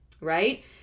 Right